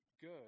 good